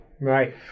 right